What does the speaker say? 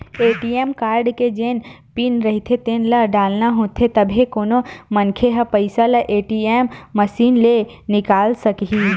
ATM card के जेन PIN रहिथे तेन ल डालना होथे तभे कोनो मनखे ह पइसा ल ए.टी.एम मसीन ले निकाले सकही